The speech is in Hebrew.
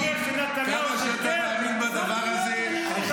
ככה שאתה מאמין את הדבר הזה -- פינדרוס,